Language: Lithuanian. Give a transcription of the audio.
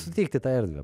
sutikti tą erdvę